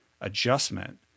adjustment